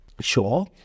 Sure